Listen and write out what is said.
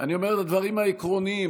אני אומר הדברים העקרוניים,